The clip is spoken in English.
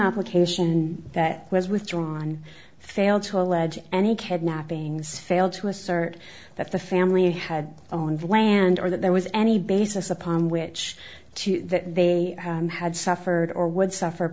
application that was withdrawn failed to allege any kidnappings failed to assert that the family had own land or that there was any basis upon which to that they had suffered or would suffer